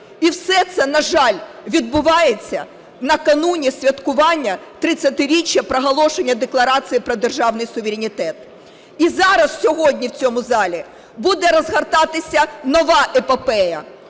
І все це, на жаль, відбувається на кануні святкування 30-річчя проголошення Декларації про державний суверенітет. І зараз, сьогодні в цьому залі буде розгортатися нова епопея: